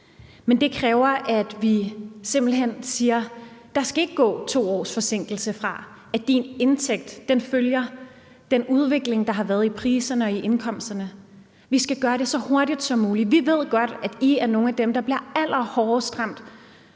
men det kræver, at vi simpelt hen siger: Der skal ikke være en 2-årsforsinkelse i, at din indtægt følger den udvikling, der har været i priserne og i indkomsterne. Vi skal gøre det så hurtigt som muligt. Vi ved godt, at I er nogle af dem, der bliver allerhårdest ramt,